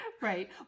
Right